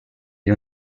sie